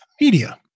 media